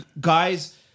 guys